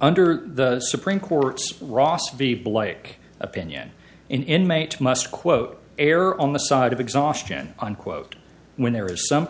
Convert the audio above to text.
under the supreme court's ross be like opinion in mate must quote err on the side of exhaustion unquote when there is some